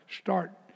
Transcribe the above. start